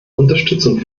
unterstützung